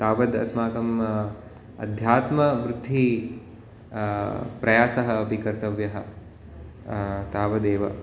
तावद् अस्माकम् आध्यात्मवृत्तेः प्रयासः अपि कर्तव्यः तावदेव